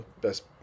best